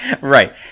right